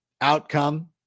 outcome